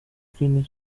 queen